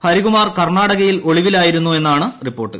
ഹരികുമാർ കർണാടകയിൽ ഒളിവിലായിരുന്നു എന്നാണ് റിപ്പോർട്ട്